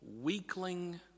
weakling